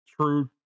true